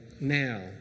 now